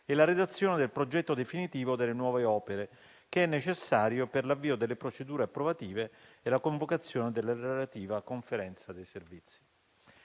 e la redazione del progetto definitivo delle nuove opere, che è necessario per l'avvio delle procedure approvative e la convocazione della relativa conferenza dei servizi.